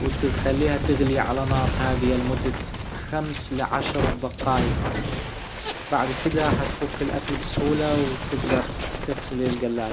وتخليها تغلى على نار هادية لمدة خمس لعشر دقايق بعد كده هتفك الأكل بسهولة وتجدر تغسل الجلاية